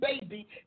baby